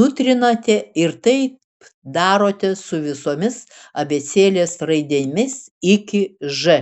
nutrinate ir taip darote su visomis abėcėlės raidėmis iki ž